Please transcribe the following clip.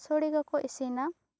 ᱥᱚᱲᱮ ᱠᱚ ᱠᱚ ᱤᱥᱤᱱᱟ